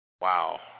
Wow